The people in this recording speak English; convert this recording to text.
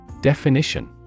Definition